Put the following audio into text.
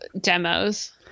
demos